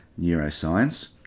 neuroscience